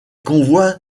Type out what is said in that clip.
convois